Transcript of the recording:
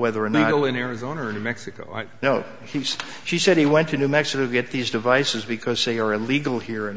whether or not all in arizona or new mexico i know he said she said he went to new mexico to get these devices because they are illegal here in